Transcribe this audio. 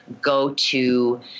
go-to